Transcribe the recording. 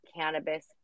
cannabis